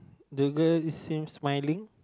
the girl seems smiling